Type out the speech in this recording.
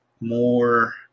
more